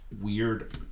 weird